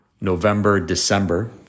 November-December